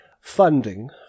funding